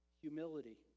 humility